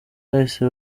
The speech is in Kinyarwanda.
bahise